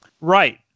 Right